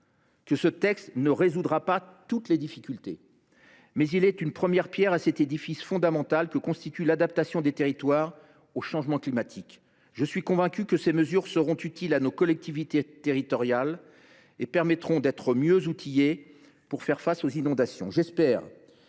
que ce texte ne résoudra pas toutes les difficultés, mais il est une première pierre à cet édifice fondamental que constitue l’adaptation des territoires au changement climatique. Je suis convaincu que ces mesures seront utiles à nos collectivités territoriales, lesquelles seront mieux outillées pour faire face aux inondations.